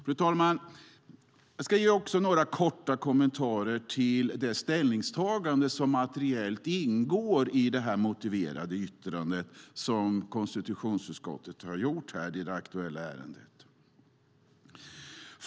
Fru talman! Jag vill ge några korta kommentarer till de ställningstaganden som materiellt ingår i det här motiverade yttrandet som konstitutionsutskottet gjort i det aktuella ärendet.